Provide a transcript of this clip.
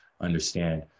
understand